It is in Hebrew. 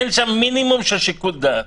אין שם מינימום של שיקול דעת